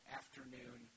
afternoon